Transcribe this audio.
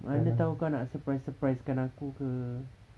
mana tahu kau nak surprise surprisekan aku ke